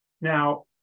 Now